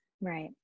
right